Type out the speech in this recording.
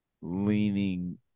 leaning